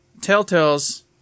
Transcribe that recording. Telltale's